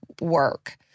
work